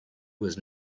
was